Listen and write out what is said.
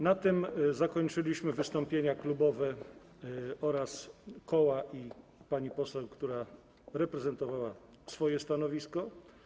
Na tym zakończyliśmy wystąpienia klubów, koła oraz pani poseł, która reprezentowała swoje stanowisko.